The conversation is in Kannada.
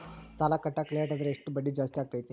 ಸಾಲ ಕಟ್ಟಾಕ ಲೇಟಾದರೆ ಎಷ್ಟು ಬಡ್ಡಿ ಜಾಸ್ತಿ ಆಗ್ತೈತಿ?